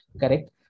Correct